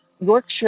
Yorkshire